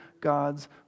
God's